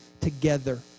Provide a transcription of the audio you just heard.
together